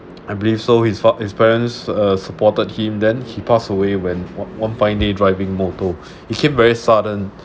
I believe so his pa~ his parents uh supported him then he passed away when one one fine day driving motor it came very sudden